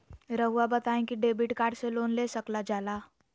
रहुआ बताइं कि डेबिट कार्ड से लोन ले सकल जाला?